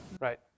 Right